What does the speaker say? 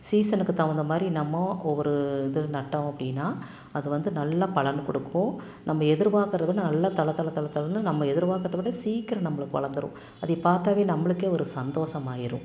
சீசனுக்கு தகுந்த மாதிரி நம்ம ஒவ்வொரு இது நட்டோம் அப்படினா அது வந்து நல்ல பலன் கொடுக்கும் நம்ப எதிர்பார்க்குறத விட நல்ல தளதளதளதளன்னு நம்ப எதிர்பார்க்குறத விட சீக்கிரம் நம்பளுக்கு வளர்ந்துரும் அதைப் பார்த்தாவே நம்பளுக்கே ஒரு சந்தோஷம் ஆயிரும்